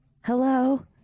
hello